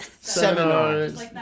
Seminars